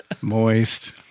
Moist